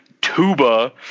tuba